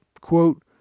quote